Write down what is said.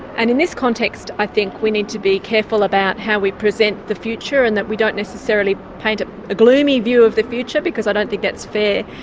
and in this context i think we need to be careful about how we present the future and that we don't necessarily paint a gloomy view of the future, because i don't think that's fair,